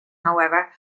however